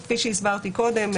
כפי שהסברתי קודם,